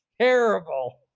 terrible